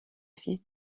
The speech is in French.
fils